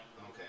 Okay